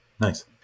nice